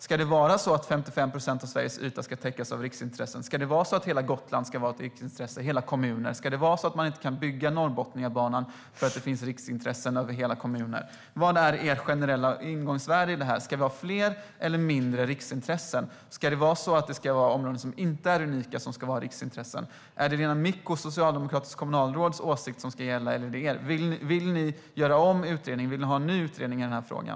Ska det vara så att 55 procent av Sveriges yta, hela Gotland, hela kommuner, hela Norrbotniabanan inte kan byggas eftersom det finns riksintressen som sträcker sig över hela ytan? Vad är ert generella ingångsvärde? Ska det var fler eller färre riksintressen? Ska icke unika områden få vara riksintressen? Är det det socialdemokratiska kommunalrådet Lena Mickos åsikt som ska gälla? Vill ni göra om utredningen eller vill ni ha en ny utredning i frågan?